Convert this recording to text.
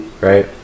right